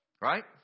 Right